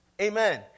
Amen